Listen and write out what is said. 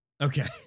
Okay